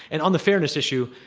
and on the fairness issue,